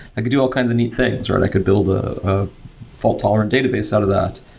i could do all kinds of neat things, or and i could build a fault tolerant database out of that.